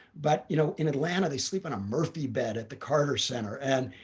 but, you know, in atlanta, they sleep on a murphy bed at the carter center. and,